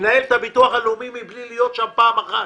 להיות שהוא ינהל את הביטוח הלאומי מבלי להיות שם פעם אחת.